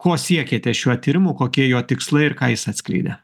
ko siekėte šiuo tyrimu kokie jo tikslai ir ką jis atskleidė